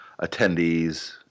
attendees